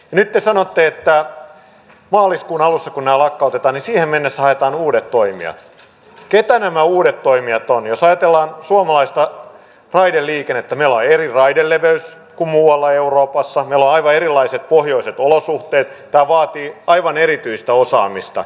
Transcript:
nyt te sanotte että maaliskuun alussa lakkautetaan ja siihen mennessä haetaan uudet poimia ketä nämä uudet toimijat on jos ajatellaan suomalaista raideliikennettä laajenevaa ja leveys kun muualla euroopassa laivaerilaiset pohjoiset olosuhteet ja vaatii aivan erityistä osaamista